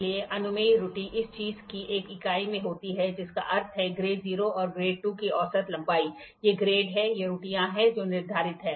इसलिए अनुमेय त्रुटि इस चीज की एक इकाई में होती है जिसका अर्थ है ग्रेड 0 और ग्रेड 2 की औसत लंबाई ये ग्रेड हैं ये त्रुटियां हैं जो निर्धारित हैं